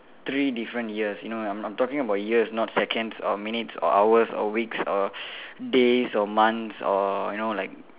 three different years you know I'm I'm talking about years not seconds or minutes or hours or weeks or days or months or you know like